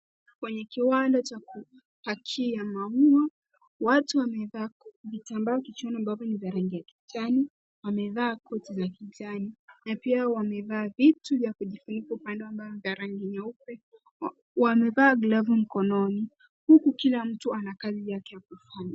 Kwenye kiwanda cha kupakia maua watu wamevaa vitambaa kichwani ambavyo ni vya rangi ya kijani, wamevaa koti za kijani na pia wamevaa vitu vya kujifunika ambavyo ni vya rangi nyeupe, wamevaa glavu mkononi. Huku kila mtu ana kazi yake ya kufanya.